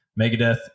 Megadeth